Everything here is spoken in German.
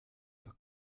noch